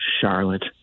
Charlotte